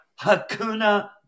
Hakuna